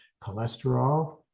cholesterol